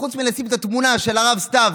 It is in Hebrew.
חוץ מלשים את התמונה של הרב סתיו,